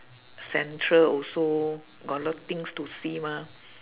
central also got a lot of things to see mah